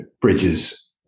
bridges